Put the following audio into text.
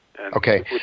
Okay